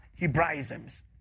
Hebraisms